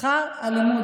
בשכר הלימוד.